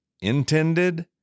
intended